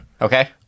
Okay